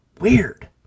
weird